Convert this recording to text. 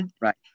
Right